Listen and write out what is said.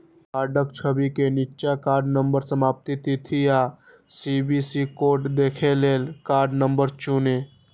कार्डक छवि के निच्चा कार्ड नंबर, समाप्ति तिथि आ सी.वी.वी कोड देखै लेल कार्ड नंबर चुनू